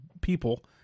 people